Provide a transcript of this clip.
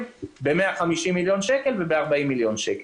ב-150 מיליון שקלים וב-40 מיליון שקלים.